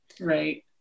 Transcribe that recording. Right